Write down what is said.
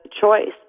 choice